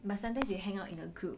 but sometimes you hang out in a group